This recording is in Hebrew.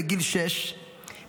בגיל שש,